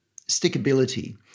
stickability